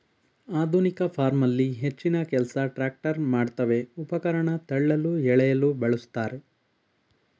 ಆಧುನಿಕ ಫಾರ್ಮಲ್ಲಿ ಹೆಚ್ಚಿನಕೆಲ್ಸ ಟ್ರ್ಯಾಕ್ಟರ್ ಮಾಡ್ತವೆ ಉಪಕರಣ ತಳ್ಳಲು ಎಳೆಯಲು ಬಳುಸ್ತಾರೆ